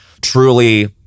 truly